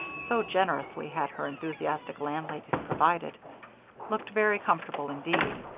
so generously had her enthusiastic landladies provided looked very comfortable indeed.